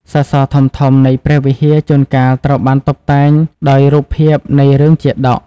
សសរធំៗ នៃព្រះវិហារជួនកាលត្រូវបានតុបតែងដោយរូបភាពនៃរឿង ជាតក។